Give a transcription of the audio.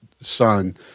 son